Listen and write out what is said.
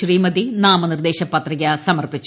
ശ്രീമതി നാമനിർദ്ദേശപത്രിക സമർപ്പിച്ചു